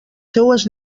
seues